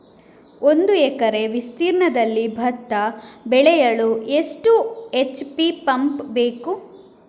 ಒಂದುಎಕರೆ ವಿಸ್ತೀರ್ಣದಲ್ಲಿ ಭತ್ತ ಬೆಳೆಯಲು ಎಷ್ಟು ಎಚ್.ಪಿ ಪಂಪ್ ಬೇಕು?